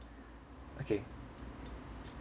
okay